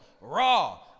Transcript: raw